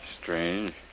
strange